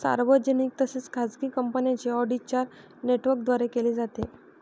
सार्वजनिक तसेच खाजगी कंपन्यांचे ऑडिट चार नेटवर्कद्वारे केले जाते